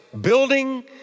building